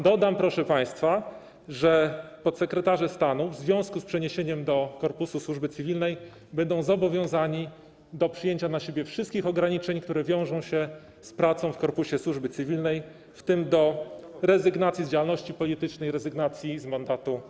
Dodam, proszę państwa, że podsekretarze stanu w związku z przeniesieniem do korpusu służby cywilnej będą zobowiązani do przyjęcia na siebie wszystkich ograniczeń, które wiążą się z pracą w korpusie służby cywilnej, w tym do rezygnacji z działalności politycznej, rezygnacji z mandatu radnego.